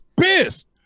pissed